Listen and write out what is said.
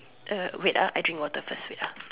uh wait ah I drink water first wait ah